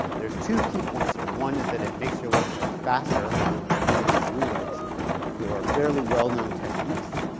there's two key points here. one is that it makes your websites faster by doing these rewrites for fairly well-known techniques.